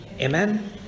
Amen